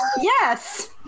Yes